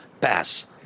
pass